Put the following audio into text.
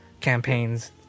campaigns